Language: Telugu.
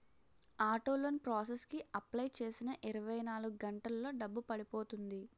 ఆటో లోన్ ప్రాసెస్ కి అప్లై చేసిన ఇరవై నాలుగు గంటల్లో డబ్బు పడిపోతుంది